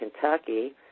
Kentucky